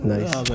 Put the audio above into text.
Nice